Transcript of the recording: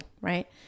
right